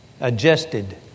adjusted